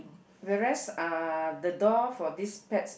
the rest uh the door for this pet